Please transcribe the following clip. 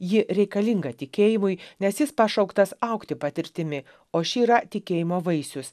ji reikalinga tikėjimui nes jis pašauktas augti patirtimi o ši yra tikėjimo vaisius